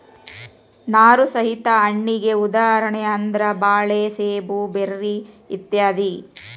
ನಾರು ಸಹಿತ ಹಣ್ಣಿಗೆ ಉದಾಹರಣೆ ಅಂದ್ರ ಬಾಳೆ ಸೇಬು ಬೆರ್ರಿ ಇತ್ಯಾದಿ